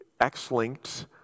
X-linked